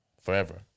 forever